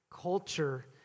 culture